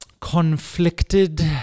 conflicted